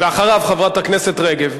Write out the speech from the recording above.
אחריו, חברת הכנסת רגב.